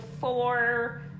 four